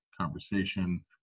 conversation